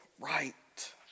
right